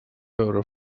veure